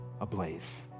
ablaze